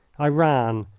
i ran